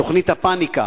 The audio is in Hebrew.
תוכנית הפניקה.